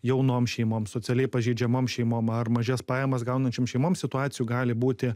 jaunom šeimom socialiai pažeidžiamom šeimom ar mažas pajamas gaunančiom šeimom situacijų gali būti